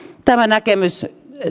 näkemys